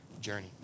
journey